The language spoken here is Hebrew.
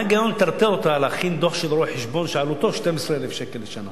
מה ההיגיון לטרטר אותה להכין דוח של רואה-חשבון שעלותו 12,000 שקל לשנה?